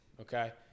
okay